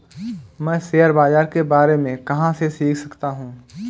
मैं शेयर बाज़ार के बारे में कहाँ से सीख सकता हूँ?